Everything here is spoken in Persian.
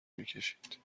میکشید